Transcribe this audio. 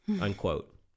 unquote